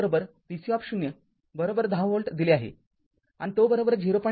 तर v0 v c १० volt दिले आहे आणि ζ०